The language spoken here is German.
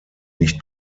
nicht